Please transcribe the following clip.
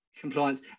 compliance